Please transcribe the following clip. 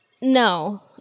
no